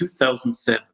2007